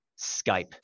Skype